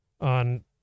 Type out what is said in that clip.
on